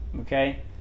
Okay